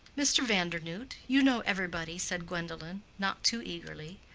mr. vandernoodt, you know everybody, said gwendolen, not too eagerly,